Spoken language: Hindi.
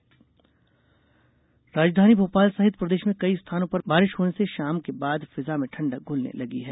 मौसम राजधानी भोपाल सहित प्रदेश में कई स्थानों पर बारिश होने से शाम के बाद फिजां में ठंडक घुलने लगी है